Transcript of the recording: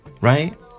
right